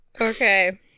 Okay